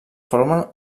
formen